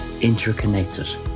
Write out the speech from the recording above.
interconnected